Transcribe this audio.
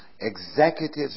executives